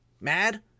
mad